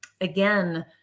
Again